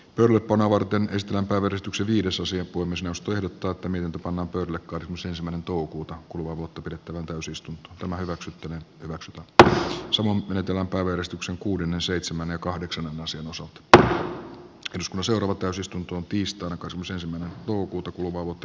turku nuorten esti verotuksen viidesosa kunnes nostojen tuottaminen tupon opel karhusen smenan touhuta kuluvaa vuotta pidettävä syystä tämä hyväksyttävä hyväksi mutta sumu menetellä porrastuksen kuuden seitsemän ja kahdeksan käsittelyn pohjana on seuraava täysistuntoon tiistaina kosusen meno tuntuu ulkoasiainvaliokunnan mietintö